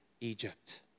Egypt